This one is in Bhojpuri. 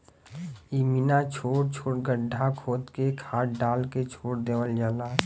इमिना छोट छोट गड्ढा खोद के खाद डाल के छोड़ देवल जाला